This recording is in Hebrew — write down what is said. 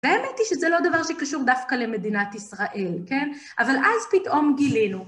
והאמת היא שזה לא דבר שקשור דווקא למדינת ישראל, כן? אבל אז פתאום גילינו.